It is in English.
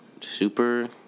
super